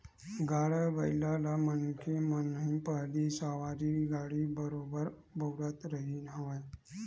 गाड़ा बइला ल मनखे मन ह पहिली सवारी गाड़ी बरोबर बउरत रिहिन हवय